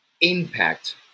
impact